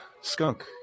skunk